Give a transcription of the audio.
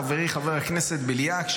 חברי חבר הכנסת בליאק,